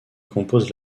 composent